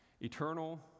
eternal